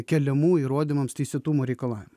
keliamų įrodymams teisėtumo reikalavimų